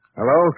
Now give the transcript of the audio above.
Hello